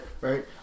Right